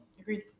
agreed